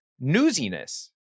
newsiness